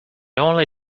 only